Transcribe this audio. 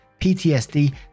ptsd